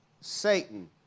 Satan